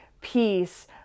peace